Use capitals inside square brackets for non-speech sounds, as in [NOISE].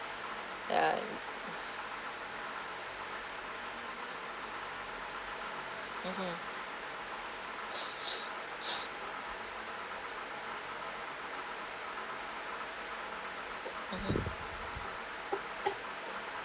ya mmhmm mmhmm [NOISE]